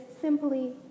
simply